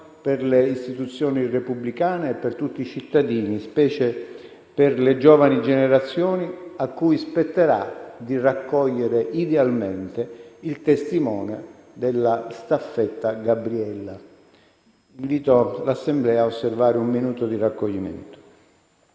per le istituzioni repubblicane, per tutti i cittadini, specie per le giovani generazioni, a cui spetterà di raccogliere idealmente il testimone della staffetta "Gabriella". Invito l'Assemblea a osservare un minuto di raccoglimento.